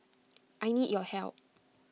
I need your help